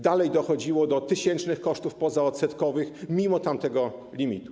Dalej dochodziło do tysięcznych kosztów pozaodsetkowych mimo tamtego limitu.